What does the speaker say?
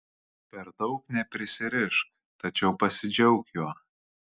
per daug neprisirišk tačiau pasidžiauk juo